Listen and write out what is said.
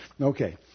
Okay